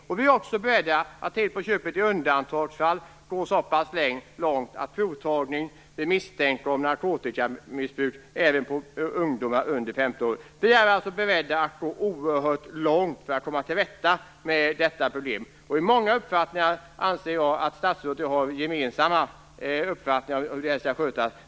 Vi är till på köpet beredda att i undantagsfall gå så pass långt att provtagning tillåts även på ungdomar under 15 år vid misstanke om narkotikamissbruk. Vi är alltså beredda att gå oerhört långt för att komma till rätta med detta problem. I många avseenden anser jag att statsrådet och jag har en gemensam uppfattning om hur det här skall skötas.